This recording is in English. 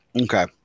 Okay